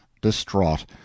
distraught